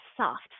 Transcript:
soft